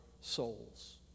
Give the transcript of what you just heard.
souls